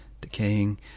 decaying